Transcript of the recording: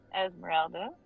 Esmeralda